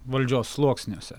valdžios sluoksniuose